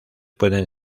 pueden